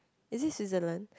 is it Switzerland